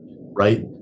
right